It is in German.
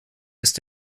ist